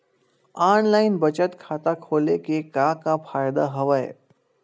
online बचत खाता खोले के का का फ़ायदा हवय